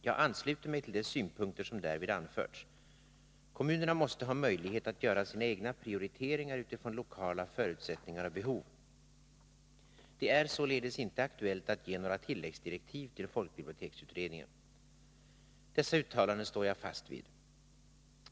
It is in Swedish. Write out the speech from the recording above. Jag ansluter mig till de synpunkter som därvid anförts. Kommunerna måste ha möjlighet att göra sina egna prioriteringar utifrån lokala förutsättningar och behov. Det är således inte aktuellt att ge några tilläggsdirektiv till folkbiblioteksutredningen.” Dessa uttalanden står jag fast vid.